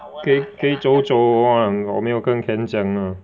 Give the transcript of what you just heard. gei zou zou